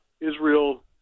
Israel